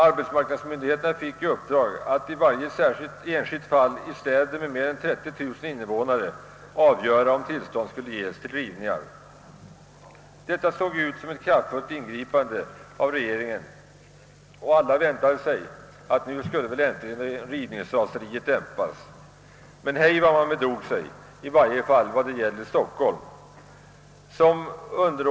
Arbetsmarknadsmyndigheterna fick i uppdrag att i varje enskilt fall i städer med mer än 30 000 invånare avgöra om tillstånd skulle ges till rivning. Detta såg ju ut som ett kraftfullt ingripande av regeringen, och alla väntade sig att rivningsraseriet nu äntligen skulle dämpas. Men hej vad man bedrog sig, i varje fall när det gällde Stockholm.